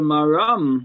Maram